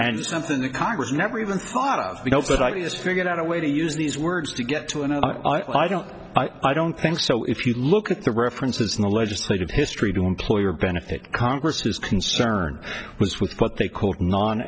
and something that congress never even thought of you know that i just figured out a way to use these words to get to and i don't i don't think so if you look at the references in the legislative history to employer benefit congress his concern was with what they called non